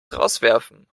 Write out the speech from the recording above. rauswerfen